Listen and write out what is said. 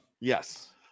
Yes